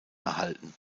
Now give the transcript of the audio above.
erhalten